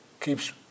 keeps